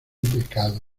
pecado